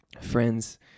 friends